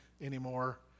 anymore